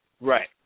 Right